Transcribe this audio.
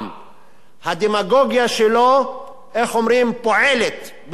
הדמגוגיה שלו פועלת, בצורה דמגוגית,